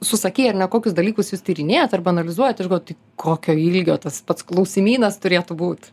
susakei ar ne kokius dalykus jūs tyrinėjat arba analizuojat aš galvoju tai kokio ilgio tas pats klausimynas turėtų būt